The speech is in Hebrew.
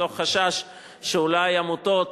מתוך חשש שאולי עמותות,